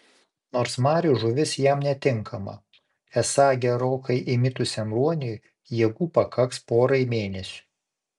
nors marių žuvis jam netinkama esą gerokai įmitusiam ruoniui jėgų pakaks porai mėnesių